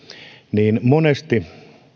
niin monesti